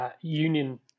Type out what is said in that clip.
Union